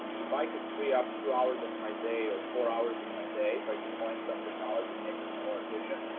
if i could free up two hours of my day or four hours in my day, by deploying some technology and making you more efficient,